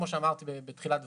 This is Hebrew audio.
כמו שאמרתי בתחילת דבריי,